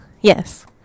yes